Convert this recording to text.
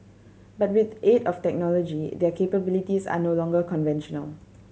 but with aid of technology their capabilities are no longer conventional